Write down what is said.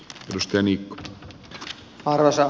arvoisa puhemies